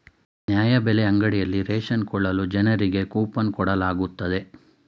ನ್ಯಾಯಬೆಲೆ ಅಂಗಡಿಯಲ್ಲಿ ರೇಷನ್ ಕೊಳ್ಳಲು ಜನರಿಗೆ ಕೋಪನ್ ಕೊಡಲಾಗುತ್ತದೆ